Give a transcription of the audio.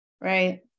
right